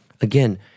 again